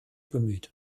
bemüht